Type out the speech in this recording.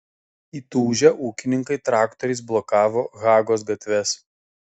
įtūžę ūkininkai traktoriais blokavo hagos gatves